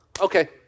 Okay